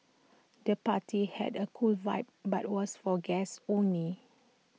the party had A cool vibe but was for guests only